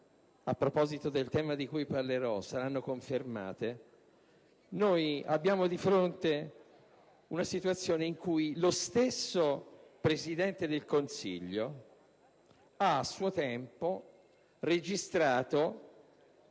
a proposito del tema di cui parlerò saranno confermate, abbiamo di fronte una situazione in cui lo stesso Presidente del Consiglio ha a suo tempo registrato